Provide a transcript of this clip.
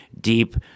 deep